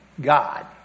God